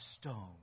stone